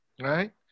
right